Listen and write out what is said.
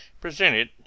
presented